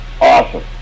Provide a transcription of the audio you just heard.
Awesome